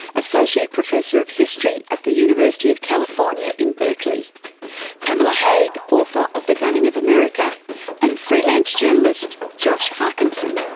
associate professor of history at the university of california in berkeley pamela haag, author of the gunning of america and freelance journalist josh harkinson.